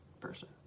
person